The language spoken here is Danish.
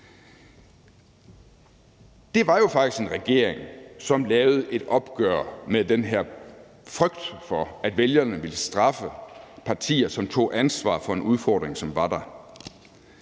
Det var jo faktisk en regering, som lavede et opgør med den her frygt for, at vælgerne ville straffe partier, som tog ansvar for en udfordring, som var der.